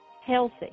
healthy